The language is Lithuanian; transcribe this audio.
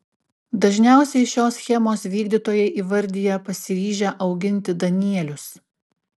dažniausiai šios schemos vykdytojai įvardija pasiryžę auginti danielius